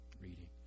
reading